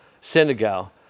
Senegal